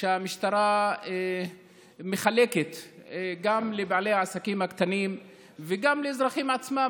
שהמשטרה מחלקת גם לבעלי העסקים הקטנים וגם לאזרחים עצמם,